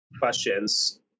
questions